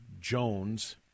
Jones